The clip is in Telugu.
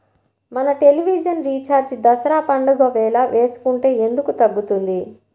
మన టెలివిజన్ రీఛార్జి దసరా పండగ వేళ వేసుకుంటే ఎందుకు తగ్గుతుంది?